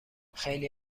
خیلی